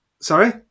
Sorry